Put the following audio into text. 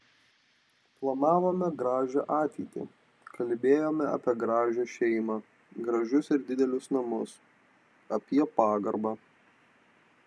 planavome gražią ateitį kalbėjome apie gražią šeimą gražius ir didelius namus apie pagarbą